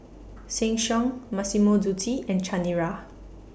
Sheng Siong Massimo Dutti and Chanira